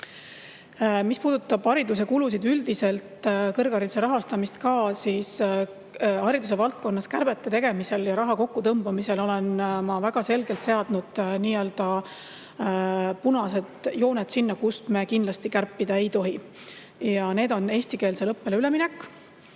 Mis puudutab hariduse kulusid üldiselt, ka kõrghariduse rahastamist, siis hariduse valdkonnas kärbete tegemisel ja raha kokkutõmbamisel olen ma väga selgelt seadnud nii-öelda punased jooned sinna, kust me kindlasti kärpida ei tohi. Need on eestikeelsele õppele üleminek,